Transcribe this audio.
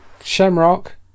Shamrock